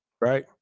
right